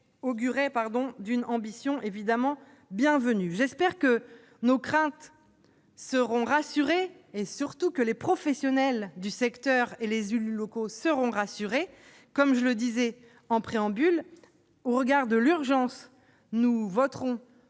augurait d'une ambition bienvenue. J'espère que nos craintes seront apaisées et, surtout, que les professionnels du secteur et les élus locaux seront rassurés. Comme je le disais en préambule, au regard de l'urgence, nous voterons